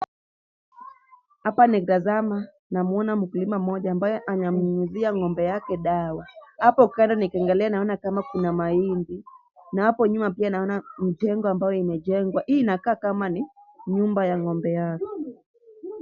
Hapa natazama naona mkulima mmoja ambaye ananyunyizia ng'ombe yake dawa. Hapo kando nikiangalia naona kama kuna mahindi, na hapo nyuma pia naona mjengo ambayo imejengwa. Hii inakaa kama ni nyumba ya ng'ombe yake.